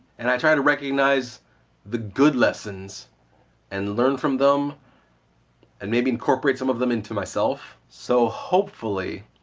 and i try to recognize the good lessons and learn from them and maybe incorporate some of them into myself. so, hopefully,